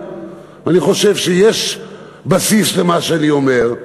אני חושב שיש בסיס למה שאני אומר.